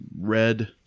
red